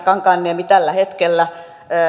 kankaanniemi tällä hetkellä